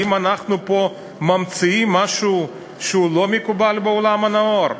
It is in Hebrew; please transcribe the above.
האם אנחנו פה ממציאים משהו שהוא לא מקובל בעולם הנאור?